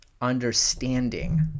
understanding